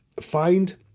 find